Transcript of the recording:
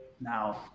now